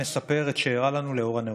נספר את שאירע לנו לאור הנרות.